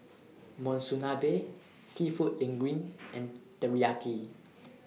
Monsunabe Seafood Linguine and Teriyaki